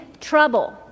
trouble